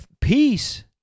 peace